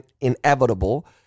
inevitable